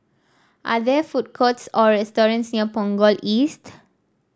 are there food courts or restaurants near Punggol East